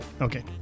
okay